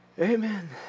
Amen